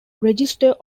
register